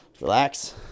Relax